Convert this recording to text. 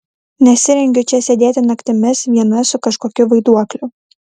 nesirengiu čia sėdėti naktimis viena su kažkokiu vaiduokliu